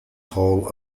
hall